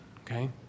okay